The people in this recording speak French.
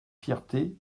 fierté